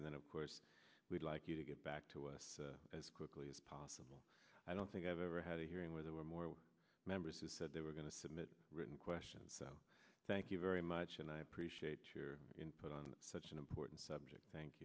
and then of course we'd like you to get back to us as quickly as possible i don't think i've ever had a hearing where there were more members who said they were going to submit written questions so thank you very much and i appreciate your input on such an important subject thank